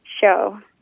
show